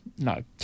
no